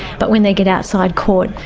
but when they get outside court,